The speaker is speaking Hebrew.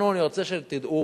אנחנו, אני רוצה שתדעו,